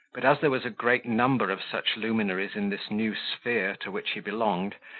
but as there was a great number of such luminaries in this new sphere to which he belonged,